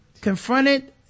Confronted